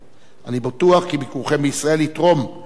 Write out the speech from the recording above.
אני בטוח כי ביקורכם בישראל יתרום להבנה